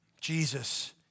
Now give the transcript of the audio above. Jesus